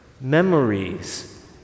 memories